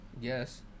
Yes